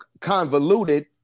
convoluted